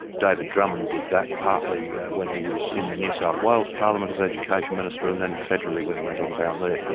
david drummond did that, partly yeah when he was in the new south wales parliament as education minister and then federally when he went on down there.